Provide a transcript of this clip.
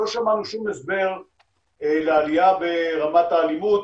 לא שמענו שום הסבר לעלייה ברמת האלימות,